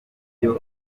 ibyo